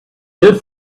did